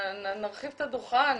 נרחיב את הדוכן,